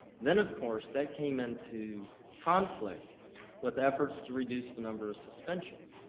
then, of course, that came into conflict with efforts to reduce the number of suspensions.